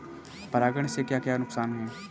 परागण से क्या क्या नुकसान हैं?